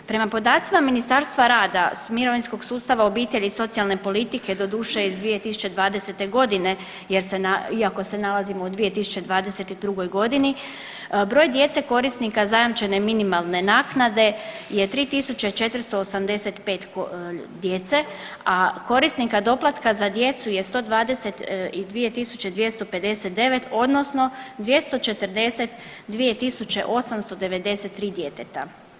Prema podacima Ministarstva rada, mirovinskog sustava, obitelji i socijalne politike doduše iz 2020.g. jer se iako se nalazimo u 2022.g. broj djece korisnika zajamčene minimalne naknade je 3.485 djece, a korisnika doplatka za djecu je 122.259 odnosno 242.893 djeteta.